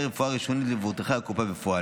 רפואה ראשונית למבוטחי הקופה בפועל.